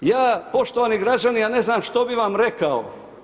Ja poštovani građani ja ne znam što bi vam rekao.